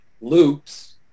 loops